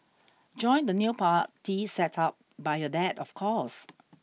join the new party set up by your dad of course